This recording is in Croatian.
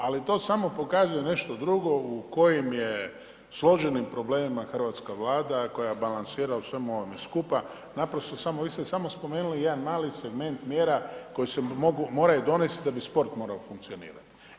Ali to samo pokazuje nešto drugo, u kojim je složenim problemima hrvatska Vlada koja balansira u svemu ovome skupa, naprosto samo, vi ste samo spomenuli jedan mali segment mjera koje se mogu, moraju donijeti da bi sport morao funkcionirati.